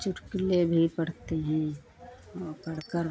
चुटकुले भी पढ़ते हैं और पढ़कर